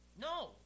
no